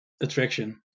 attraction